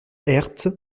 herth